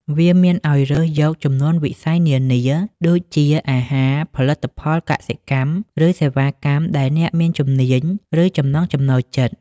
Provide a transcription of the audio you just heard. វាមានអោយរើសយកចំនួនវិស័យនានា ដូចជាអាហារ ផលិតផលកសិកម្ម ឬសេវាកម្មដែលអ្នកមានជំនាញ ឬចំណង់ចំណូលចិត្ត។